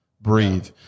Breathe